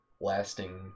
lasting